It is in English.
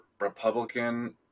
republican